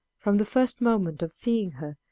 from the first moment of seeing her,